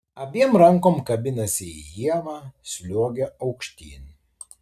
abiem rankom kabinasi į ievą sliuogia aukštyn